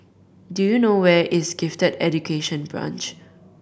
do you know where is Gifted Education Branch